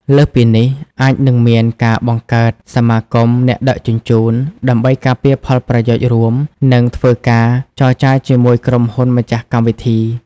លើសពីនេះ អាចនឹងមានការបង្កើត សមាគមអ្នកដឹកជញ្ជូន ដើម្បីការពារផលប្រយោជន៍រួម និងធ្វើការចរចាជាមួយក្រុមហ៊ុនម្ចាស់កម្មវិធី។